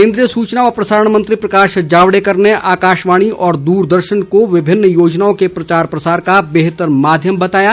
केंद्रीय सूचना व प्रसारण मंत्री प्रकाश जावडेकर ने आकाशवाणी व दूरदर्शन को विभिन्न योजनाओं के प्रसार प्रचार का बेहतर माध्यम बताया